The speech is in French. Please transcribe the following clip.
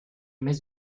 mets